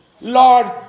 lord